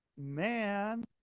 man